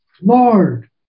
Lord